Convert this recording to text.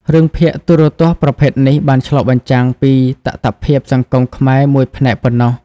រឿងភាគទូរទស្សន៍ប្រភេទនេះបានឆ្លុះបញ្ចាំងពីតថភាពសង្គមខ្មែរមួយផ្នែកប៉ុណ្ណោះ។